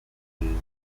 wong